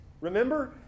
Remember